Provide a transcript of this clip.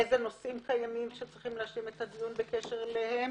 אילו נושאים קיימים שצריכים להשלים את הדיון בקשר אליהם,